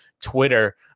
Twitter